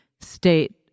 state